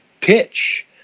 pitch